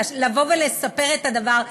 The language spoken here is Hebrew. לבוא לספר את הדבר,